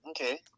Okay